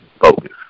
focus